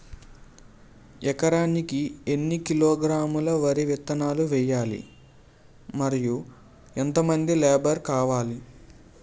ఎకరానికి ఎన్ని కిలోగ్రాములు వరి విత్తనాలు వేయాలి? మరియు ఎంత మంది లేబర్ కావాలి?